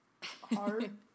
hard